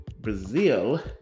Brazil